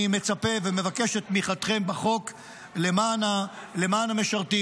אני מצפה ומבקש את תמיכתם בחוק למען המשרתים,